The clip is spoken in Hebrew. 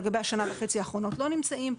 לגבי השנה וחצי האחרונות לא נמצאים.